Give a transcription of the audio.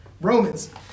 Romans